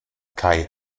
kai